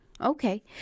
Okay